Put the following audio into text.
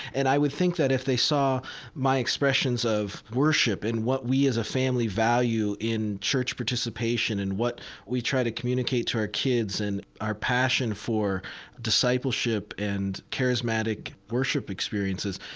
and i would think that if they saw my expressions of worship and what we, as a family, value in church participation and what we try to communicate to our kids and our passion for discipleship and charismatic worship experiences,